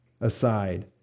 aside